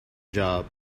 job